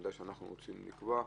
העמדה שאנחנו רוצים לקבוע,